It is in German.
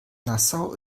nassau